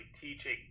teaching